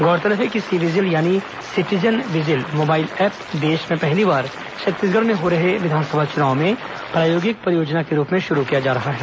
गौरतलब है कि सी विजिल यानी सिटीज़न विजिल मोबाइल ऐप देश में पहली बार छत्तीसगढ़ में हो रहे विधानसभा चुनाव में प्रायोगिक परियोजना के रूप में शुरू किया जा रहा है